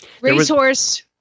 Racehorse